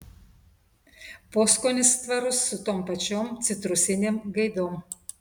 poskonis tvarus su tom pačiom citrusinėm gaidom